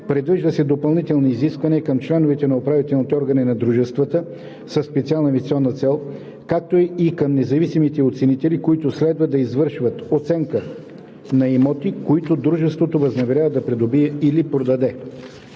Предвиждат се допълнителни изисквания към членовете на управителните органи на дружествата със специална инвестиционна цел, както и към независимите оценители, които следва да извършат оценка на имоти, които дружеството възнамерява да придобие или да продаде.